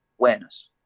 awareness